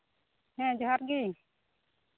ᱦᱮᱸ ᱡᱚᱸᱦᱟᱨ ᱜᱮ